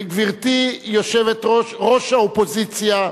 גברתי ראש האופוזיציה,